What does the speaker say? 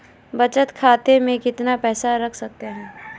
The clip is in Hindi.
बचत खाते में कितना पैसा रख सकते हैं?